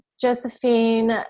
Josephine